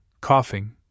coughing